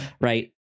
right